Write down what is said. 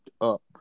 up